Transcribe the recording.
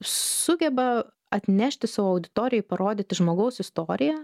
sugeba atnešti savo auditorijai parodyti žmogaus istoriją